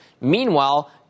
Meanwhile